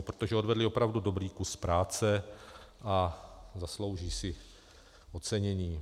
Protože odvedli opravdu dobrý kus práce a zaslouží si ocenění.